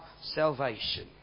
salvation